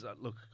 Look